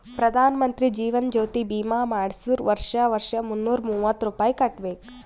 ಪ್ರಧಾನ್ ಮಂತ್ರಿ ಜೀವನ್ ಜ್ಯೋತಿ ಭೀಮಾ ಮಾಡ್ಸುರ್ ವರ್ಷಾ ವರ್ಷಾ ಮುನ್ನೂರ ಮೂವತ್ತ ರುಪಾಯಿ ಕಟ್ಬಬೇಕ್